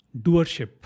doership